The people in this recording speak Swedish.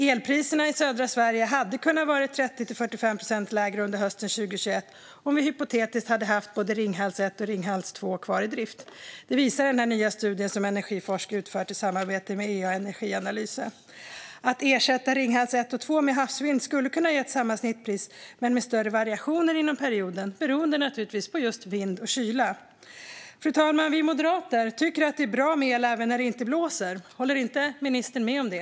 Elpriserna i södra Sverige hade kunnat vara 30-45 procent lägre under hösten 2021 om vi hypotetiskt hade haft både Ringhals 1 och Ringhals 2 kvar i drift; det visar den nya studie som energiforskare genomfört i samarbete med Ea Energianalyse. Att ersätta Ringhals 1 och 2 med havsvind skulle ha kunnat ge samma snittpris men med större variationer inom perioden, naturligtvis beroende på just vind och kyla. Fru talman! Vi moderater tycker att det är bra med el även när det inte blåser. Håller inte ministern med om det?